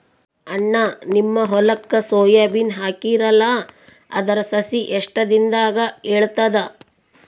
ಅಣ್ಣಾ, ನಿಮ್ಮ ಹೊಲಕ್ಕ ಸೋಯ ಬೀನ ಹಾಕೀರಲಾ, ಅದರ ಸಸಿ ಎಷ್ಟ ದಿಂದಾಗ ಏಳತದ?